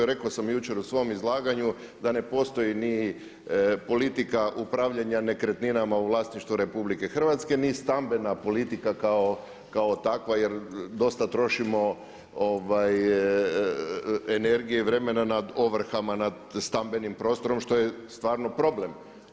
A rekao sam jučer u svom izlaganju da ne postoji niti politika upravljanja nekretninama u vlasništvu RH ni stambena politika kao takva jer dosta trošimo energije i vremena nad ovrhama nad stambenim prostorom što je stvarno problem.